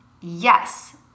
Yes